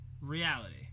Reality